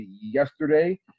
yesterday